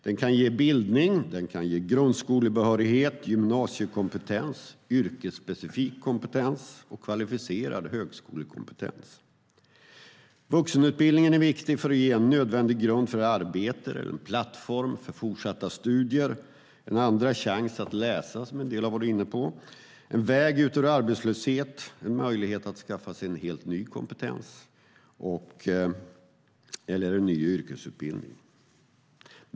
Den kan ge bildning, den kan ge grundskolebehörighet, gymnasiekompetens, yrkesspecifik kompetens och kvalificerad högskolekompetens. Vuxenutbildningen är viktig för att ge en nödvändig grund för arbete eller som en plattform för fortsatta studier, en andra chans att läsa, som en del varit inne på, en väg ut ur arbetslöshet och en möjlighet att skaffa sig en helt ny kompetens eller en ny yrkesutbildning.